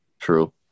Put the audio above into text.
True